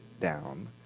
down